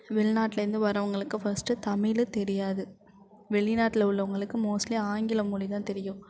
வெளிநாட்டிலேருந்து வரவங்களுக்கு ஃபஸ்ட்டு தமிழே தெரியாது வெளிநாட்டில் உள்ளவங்களுக்கு மோஸ்ட்லி ஆங்கிலம் மொழிதான் தெரியும்